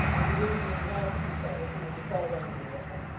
and who didn't mean half she said, or she would be quite angry with her.